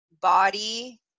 body